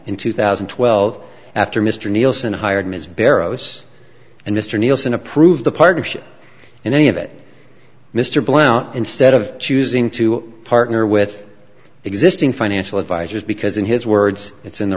in two thousand and twelve after mr nielsen hired ms barrows and mr nielsen approved the partnership and any of it mr blount instead of choosing to partner with existing financial advisors because in his words it's in the